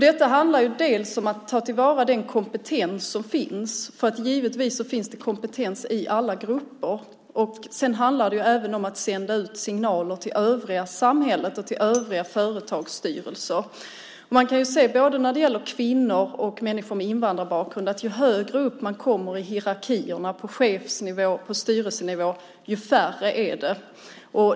Det handlar dels om att ta vara på den kompetens som finns - givetvis finns det kompetens i alla grupper - dels även om att sända ut signaler till övriga samhället och övriga företagsstyrelser. För både kvinnor och människor med invandrarbakgrund kan vi se att ju högre upp vi kommer i hierarkierna på chefsnivå och styrelsenivå desto färre är de.